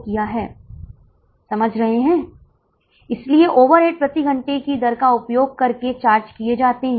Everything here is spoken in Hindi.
यही कारण है कि आपको कई बीईपी मिले हैं लेकिन कोई पीवी अनुपात नहीं है